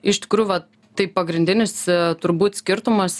iš tikrųjų vat tai pagrindinis turbūt skirtumas